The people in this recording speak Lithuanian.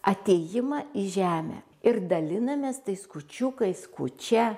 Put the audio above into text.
atėjimą į žemę ir dalinamės tais kūčiukais kūčia